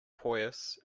pious